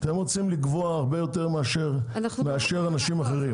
לקבוע הרבה יותר מאשר אנשים אחרים.